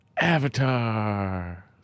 Avatar